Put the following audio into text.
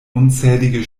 unzählige